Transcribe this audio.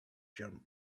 jump